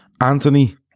Anthony